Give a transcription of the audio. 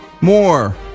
more